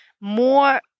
more